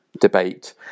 debate